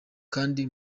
kandi